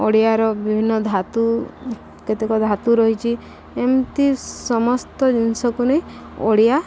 ଓଡ଼ିଆର ବିଭିନ୍ନ ଧାତୁ କେତେକ ଧାତୁ ରହିଛି ଏମିତି ସମସ୍ତ ଜିନିଷକୁ ନେଇ ଓଡ଼ିଆ